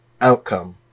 outcome